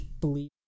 believe